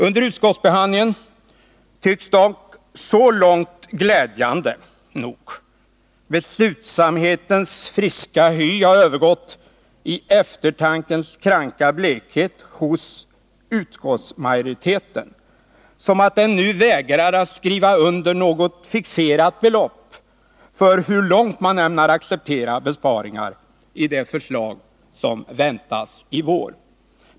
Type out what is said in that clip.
Under utskottsbehandlingen tycks dock, glädjande nog, beslutsamhetens friska hy ha övergått i eftertankens kranka blekhet hos utskottsmajoriteten, 111 så att den nu vägrar att ange något fixerat belopp för hur långt man ämnar acceptera besparingar i det förslag som väntas i vår.